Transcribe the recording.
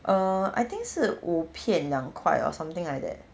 !ee! I think 是五片两块 or something like that